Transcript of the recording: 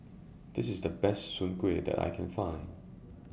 This IS The Best Soon Kuih that I Can Find